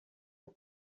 aux